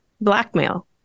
blackmail